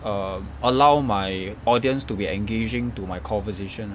err allow my audience to be engaging to my conversation